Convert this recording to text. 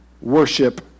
worship